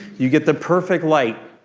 you get the perfect light.